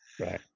Right